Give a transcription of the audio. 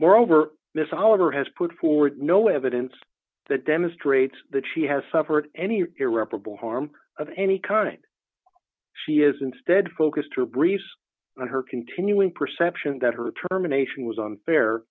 moreover miss oliver has put forward no evidence that demonstrates that she has suffered any irreparable harm of any kind she is instead focused her briefs on her continuing perception that her terminations was unfair